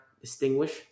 distinguish